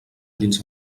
dins